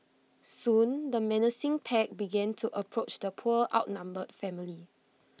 soon the menacing pack began to approach the poor outnumbered family